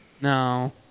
No